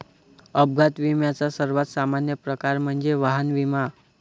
अपघात विम्याचा सर्वात सामान्य प्रकार म्हणजे वाहन विमा